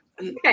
Okay